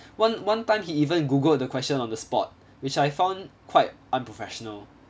one one time he even Googled the question on the spot which I found quite unprofessional